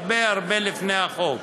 הרבה הרבה לפני החוק.